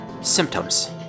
symptoms